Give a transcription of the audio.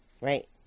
Right